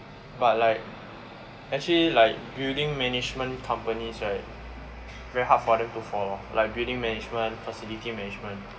but like actually like building management companies right very hard for them to fall like building management facility management